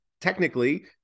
technically